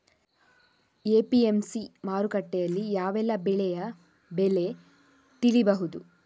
APMC ಮಾರುಕಟ್ಟೆಯಲ್ಲಿ ಯಾವೆಲ್ಲಾ ಬೆಳೆಯ ಬೆಲೆ ತಿಳಿಬಹುದು?